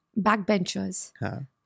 backbenchers